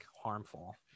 harmful